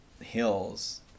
hills